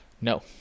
No